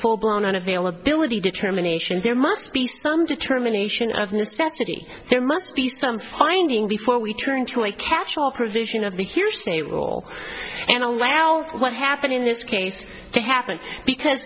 full blown availability determination there must be some determination of necessity there must be some finding before we turn to a casual provision of the hearsay rule and allow what happened in this case to happen because